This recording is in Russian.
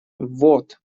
вот